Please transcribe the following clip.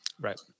Right